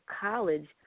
college